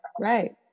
right